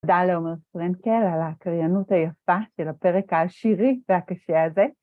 תודה לעומר פרנקל על הקריינות היפה של הפרק השירי והקשה הזה.